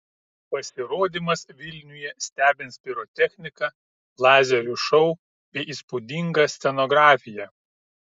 pasirodymas vilniuje stebins pirotechnika lazerių šou bei įspūdinga scenografija